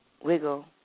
Wiggle